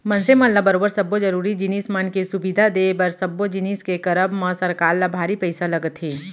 मनसे मन ल बरोबर सब्बो जरुरी जिनिस मन के सुबिधा देय बर सब्बो जिनिस के करब म सरकार ल भारी पइसा लगथे